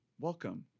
welcome